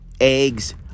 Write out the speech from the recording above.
Eggs